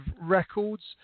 records